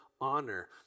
honor